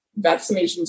vaccinations